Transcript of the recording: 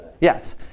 Yes